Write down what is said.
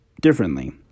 Differently